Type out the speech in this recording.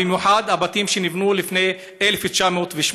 במיוחד הבתים שנבנו לפני 1980,